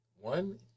one